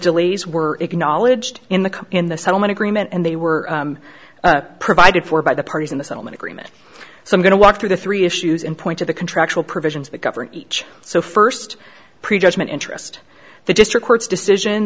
delays were acknowledged in the in the settlement agreement and they were provided for by the parties in the settlement agreement so i'm going to walk through the three issues and point to the contractual provisions that govern each so first pre judgment interest the district court's decision